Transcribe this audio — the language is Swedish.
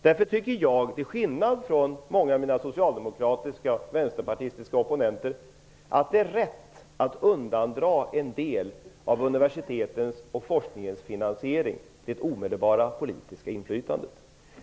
Därför tycker jag till skillnad från många av mina socialdemokratiska och vänsterpartistiska opponenter att det är rätt att undandra en del av universitetens och forskningens finansiering det omedelbara politiska inflytandet.